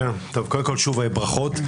קודם כול, שוב ברכות.